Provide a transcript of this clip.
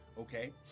Okay